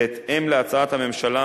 בהתאם להצעת הממשלה,